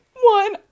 One